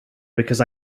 because